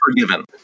forgiven